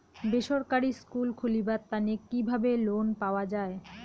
বেসরকারি স্কুল খুলিবার তানে কিভাবে লোন পাওয়া যায়?